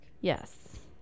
yes